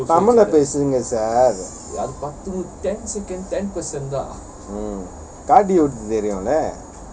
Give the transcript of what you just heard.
தமிழ்ல பேசுங்க சேர்:tamil la peasunga sir mm cardio தெரியும் ல: theriyum la